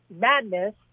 madness